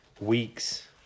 weeks